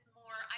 more